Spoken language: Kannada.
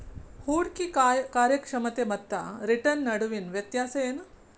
ಹೂಡ್ಕಿ ಕಾರ್ಯಕ್ಷಮತೆ ಮತ್ತ ರಿಟರ್ನ್ ನಡುವಿನ್ ವ್ಯತ್ಯಾಸ ಏನು?